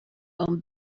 own